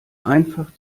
einfach